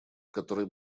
который